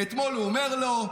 ואתמול הוא אומר לו,